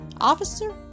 officer